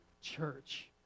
church